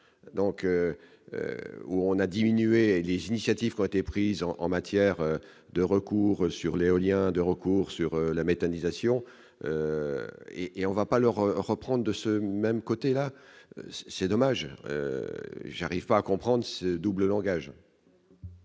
donc où on a diminué les initiatives qu'ont été prises en matière de recours sur l'éolien de recours sur la méthanisation et et on va pas leur reprend de ce même côté là c'est dommage, j'arrive pas à comprendre ce double langage.